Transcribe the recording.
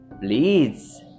please